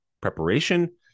preparation